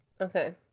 okay